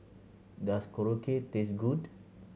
does Korokke taste good